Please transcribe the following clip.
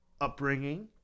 upbringing